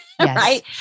right